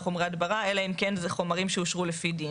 חומרי הדברה אלא אם כן זה חומרים שאושרו לפי דין".